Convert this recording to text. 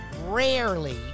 rarely